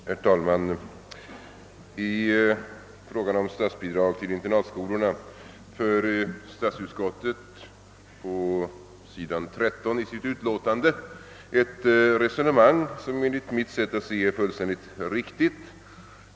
Herr talman! I frågan om statsbidrag till internatskolorna för statsutskottet på sid. 13 i sitt utlåtande ett resonemang, som enligt mitt sätt att se är fullständigt riktigt.